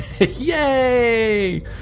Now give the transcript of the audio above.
Yay